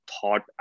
thought